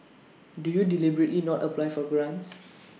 do you deliberately not apply for grants